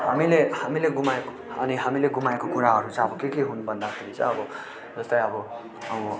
हामीले हामीले गुमाएको अनि हामीले गुमाएको कुराहरू चाहिँ अब के के हुन् भन्दाखेरि चाहिँ अब जस्तै अब